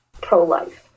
pro-life